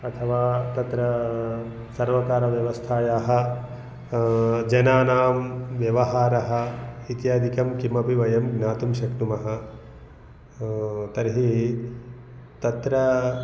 अथवा तत्र सर्वकारव्यवस्थायाः जनानां व्यवहारः इत्यादिकं किमपि वयं ज्ञातुं शक्नुमः तर्हि तत्र